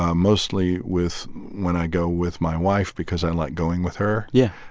ah mostly with when i go with my wife because i like going with her. yeah.